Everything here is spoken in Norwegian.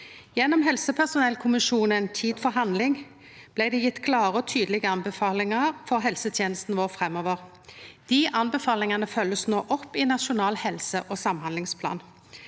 Gjennom helsepersonellkommisjonens utgreiing, Tid for handling, blei det gjeve klare og tydelege anbefalingar for helsetenestene våre framover. Dei anbefalingane følgjast nå opp i Nasjonal helse- og samhandlingsplan.